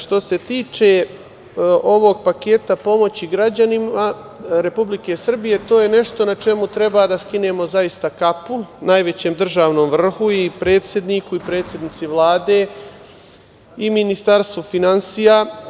Što se tiče ovog paketa pomoći građanima Republike Srbije, to je nešto na čemu treba da skinemo kapu najvećem državnom vrhu i predsedniku i predsednici Vlade i Ministarstvu finansija.